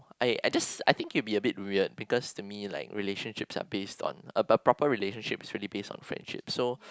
I I just I think it will be a bit weird because to me like relationships are based on a a proper relationship is really based on friendship so